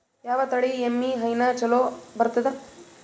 ಯಾವ ತಳಿ ಎಮ್ಮಿ ಹೈನ ಚಲೋ ಬರ್ತದ?